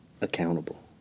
accountable